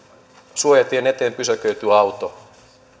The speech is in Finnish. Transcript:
suojatien eteen pysäköity auto